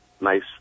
nice